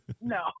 No